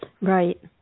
Right